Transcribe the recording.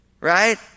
right